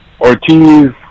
Ortiz